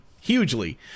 hugely